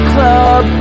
Club